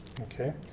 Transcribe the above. Okay